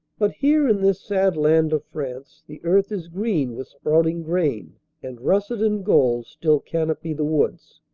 but here in this sad land of france the earth is green with sprouting grain and russet and gold still canopy the woods.